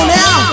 now